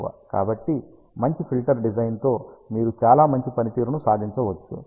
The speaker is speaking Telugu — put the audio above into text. కాబట్టి మంచి ఫిల్టర్ డిజైన్తో మీరు చాలా మంచి పనితీరును సాధించవచ్చు